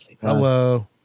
hello